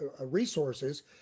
resources